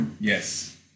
Yes